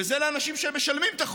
וזה לאנשים שמשלמים את החוב,